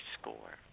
score